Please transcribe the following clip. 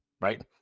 right